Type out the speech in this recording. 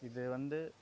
இது வந்து